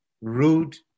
rude